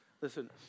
Listen